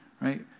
right